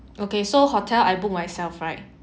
okay so hotel I book myself right